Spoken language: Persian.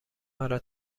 مرا